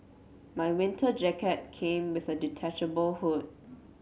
my winter jacket came with a detachable hood